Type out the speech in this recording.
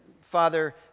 Father